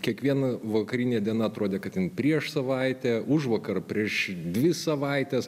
kiekviena vakarinė diena atrodė kad ten prieš savaitę užvakar prieš dvi savaites